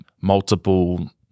multiple